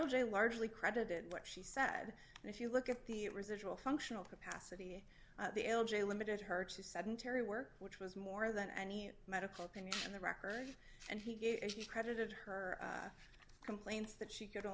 j largely credited what she said and if you look at the residual functional capacity the l j limited her to sedentary work which was more than any medical opinion in the record and he gave credited her complaints that she could